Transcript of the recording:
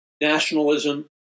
nationalism